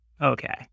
Okay